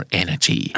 energy